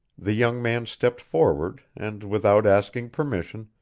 the young man stepped forward and, without asking permission,